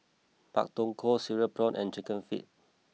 Pak Thong Ko Cereal Prawns and Chicken Feet